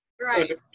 Right